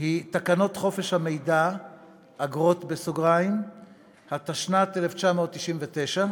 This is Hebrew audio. היא תקנות חופש המידע (אגרות), התשנ"ט 1999,